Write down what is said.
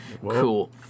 Cool